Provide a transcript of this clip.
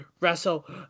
wrestle